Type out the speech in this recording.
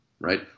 right